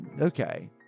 Okay